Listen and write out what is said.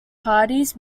parties